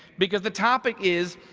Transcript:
because the topic is,